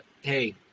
Hey